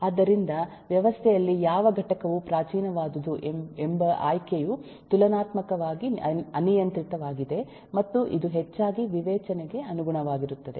ಆದ್ದರಿಂದ ವ್ಯವಸ್ಥೆಯಲ್ಲಿ ಯಾವ ಘಟಕವು ಪ್ರಾಚೀನವಾದುದು ಎಂಬ ಆಯ್ಕೆಯು ತುಲನಾತ್ಮಕವಾಗಿ ಅನಿಯಂತ್ರಿತವಾಗಿದೆ ಮತ್ತು ಇದು ಹೆಚ್ಚಾಗಿ ವಿವೇಚನೆಗೆ ಅನುಗುಣವಾಗಿರುತ್ತದೆ